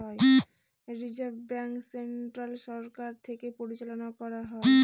reserve bank central সরকার থেকে পরিচালনা করা হয়